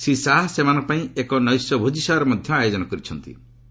ଶ୍ରୀ ଶାହା ସେମାନଙ୍କ ପାଇଁ ଏକ ନୈଶ ଭୋଜିସଭାର ମଧ୍ୟ ଆୟୋଜନ କରିବେ